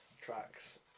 tracks